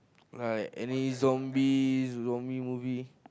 like any zombie zombie movie